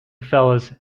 fellas